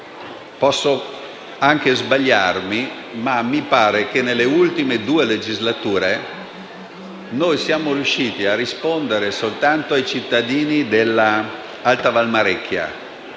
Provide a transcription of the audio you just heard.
Posso anche sbagliarmi, ma mi pare che nelle ultime due legislature siamo riusciti a rispondere solo ai cittadini dell'Alta Valmarecchia,